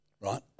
right